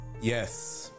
Yes